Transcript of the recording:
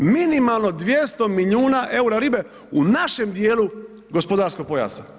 Minimalno 200 milijuna eura ribe u našem dijelu gospodarskog pojasa.